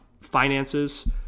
finances